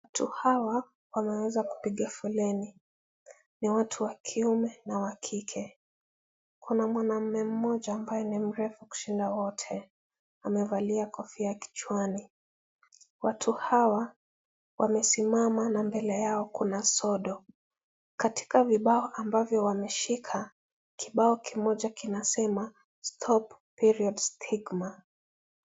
Watu hawa wameweza kupiga foleni. Ni watu wa kiume na wa kike. Kuna mwanamme mmoja ambaye ni mrefu kushinda wote. Amevalia kofia kichwani. Watu hawa wamesimama na mbele yao kuna sodo. Katika vibao ambavyo wameshika, kibao kimoja kinasema Stop Period Stigma .